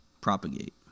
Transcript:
propagate